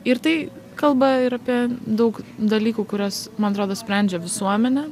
ir tai kalba ir apie daug dalykų kuriuos man atrodo sprendžia visuomenė